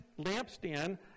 Lampstand